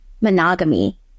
monogamy